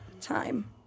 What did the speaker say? time